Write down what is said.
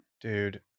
Dude